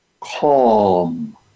Calm